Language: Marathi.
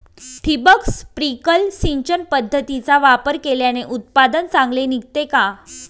ठिबक, स्प्रिंकल सिंचन पद्धतीचा वापर केल्याने उत्पादन चांगले निघते का?